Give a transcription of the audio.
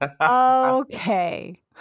Okay